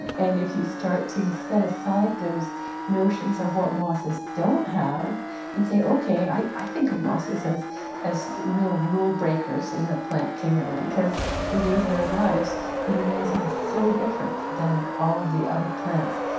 and if you start to set aside those notions of what mosses don't have and say, okay, i i think of mosses as as real rulebreakers in the plant kingdom because they live their lives in ways that are so different than all of the other plants.